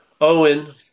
Owen